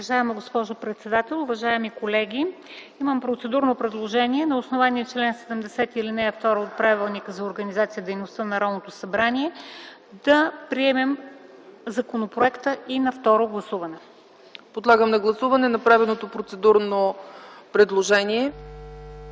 Подлагам на гласуване направеното процедурно предложение